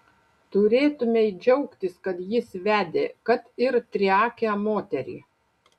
turėtumei džiaugtis kad jis vedė kad ir triakę moterį